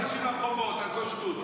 לא מוציאים אנשים לרחובות על כל שטות.